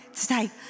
today